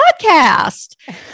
podcast